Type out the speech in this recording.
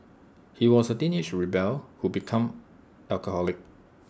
he was A teenage rebel who become alcoholic